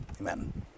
Amen